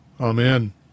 Amen